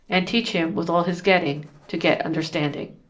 and teach him with all his getting to get understanding.